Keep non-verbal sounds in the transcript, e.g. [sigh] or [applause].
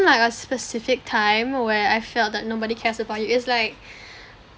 like a specific time where I felt that nobody cares about you it's like [breath]